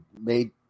made